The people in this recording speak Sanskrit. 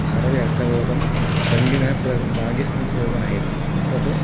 भारवे अर्थगौरवं दण्डिनः प्रर् मागे सन्ति त्रयोगुणाः इति अत्र तु